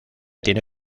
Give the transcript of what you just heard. tiene